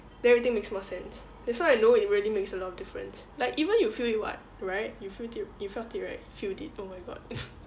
then everything makes more sense that's why I know it really makes a lot of difference like even you feel it [what] right you feel it you felt it right feel it oh my god